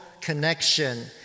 connection